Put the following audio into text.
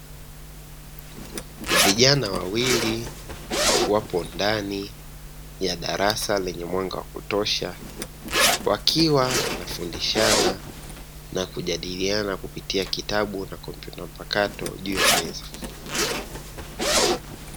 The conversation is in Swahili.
Vijana wawili wapo ndani ya darasa lenye mwanga wa kutosha, wakiwa wanafundishana na kujadiliana kupitia kitabu na kompyuta mpakato juu ya meza.